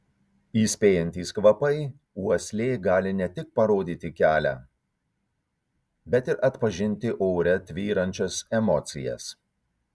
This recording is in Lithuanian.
įspėjantys kvapai uoslė gali ne tik parodyti kelią bet ir atpažinti ore tvyrančias emocijas